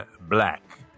black